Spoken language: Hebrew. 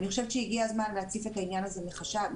אני חושבת שהגיע הזמן להציף את העניין הזה מחדש,